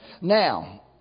Now